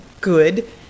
good